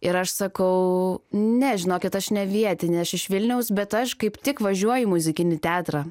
ir aš sakau ne žinokit aš ne vietinė aš iš vilniaus bet aš kaip tik važiuoju į muzikinį teatrą